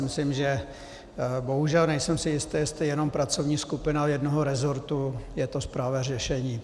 Myslím si, že bohužel si nejsem jistý, jestli jenom pracovní skupina jednoho resortu je to správné řešení.